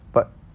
but